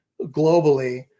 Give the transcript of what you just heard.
globally